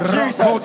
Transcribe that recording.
Jesus